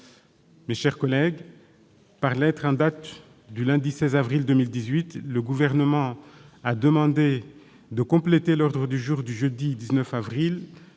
Mes chers collègues, par lettre en date du lundi 16 avril 2018, le Gouvernement a demandé de compléter l'ordre du jour du jeudi 19 avril